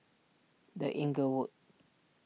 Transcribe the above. the Inglewood